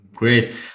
Great